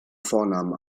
vornamen